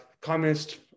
communist